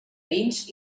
vins